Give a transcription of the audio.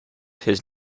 his